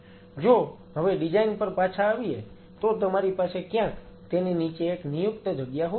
જો હવે ડિઝાઈન પર પાછા આવીએ તો તમારી પાસે ક્યાંક તેની નીચે એક નિયુક્ત જગ્યા હોવી જોઈએ